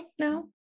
No